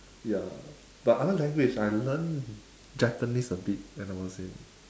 ya but other language I learn japanese a bit when I was in